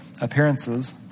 appearances